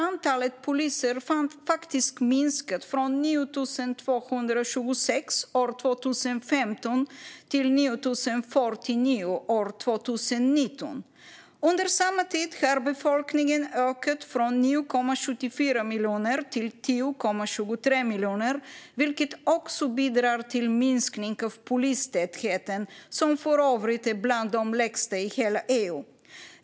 Antalet poliser har faktiskt minskat från 9 226 år 2015 till 9 049 år 2019. Under samma tid har befolkningen ökat från 9,74 miljoner till 10,23 miljoner, vilket bidrar till minskning av polistätheten, som för övrigt är bland de lägsta i hela EU.